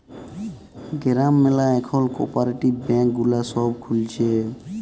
গ্রাম ম্যালা এখল cooperative bank গুলা সব খুলছে